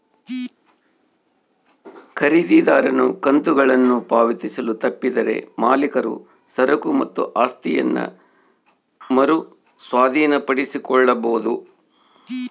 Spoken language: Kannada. ಖರೀದಿದಾರನು ಕಂತುಗಳನ್ನು ಪಾವತಿಸಲು ತಪ್ಪಿದರೆ ಮಾಲೀಕರು ಸರಕು ಮತ್ತು ಆಸ್ತಿಯನ್ನ ಮರು ಸ್ವಾಧೀನಪಡಿಸಿಕೊಳ್ಳಬೊದು